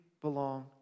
belong